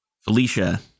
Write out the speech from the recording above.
Felicia